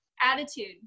Attitude